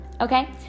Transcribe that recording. Okay